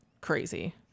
crazy